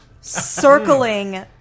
circling